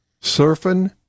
Surfing